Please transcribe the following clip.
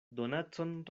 donacon